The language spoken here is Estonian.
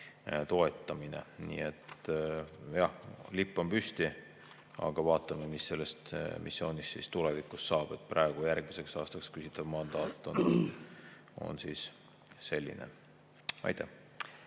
toetamine. Jah, lipp on püsti, aga vaatame, mis sellest missioonist tulevikus saab. Praegu on järgmiseks aastaks küsitav mandaat selline. Aitäh!